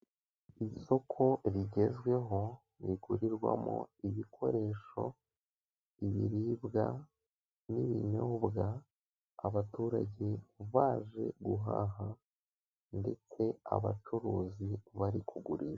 Isoko rigezweho rigurirwamo ibikoresho, ibiribwa n'ibinyobwa abaturage baje guhaha ndetse abacuruzi bari kugurisha.